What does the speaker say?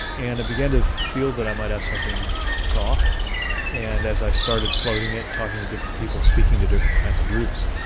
and i began to feel that i might have something to offer and as i started floating it, talking to different people, speaking to different kinds of groups,